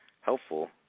helpful